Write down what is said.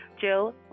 Jill